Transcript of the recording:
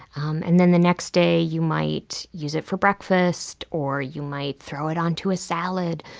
um and then the next day you might use it for breakfast, or you might throw it onto a salad.